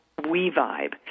WeVibe